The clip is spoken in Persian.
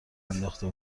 انداخته